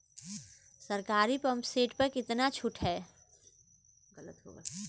सरकारी pump set प कितना छूट हैं?